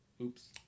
Oops